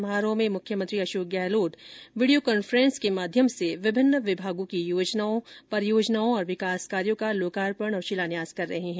समारोह में मुख्यमंत्री अशोक गहलोत वीडियो कॉन्फ्रेंस के माध्यम से विभिन्न विभागों की योजनाओं परियोजनाओं और विकास कार्यों का लोकार्पण और शिलान्यास कर रहे हैं